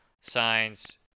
signs